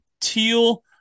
Teal